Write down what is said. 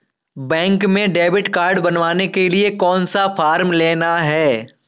Bank में debit card बनवाने के लिए कौन सा फॉर्म लेना है?